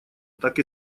так